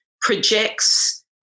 projects